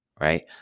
right